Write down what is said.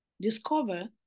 discover